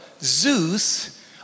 Zeus